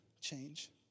change